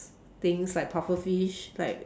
things like pufferfish like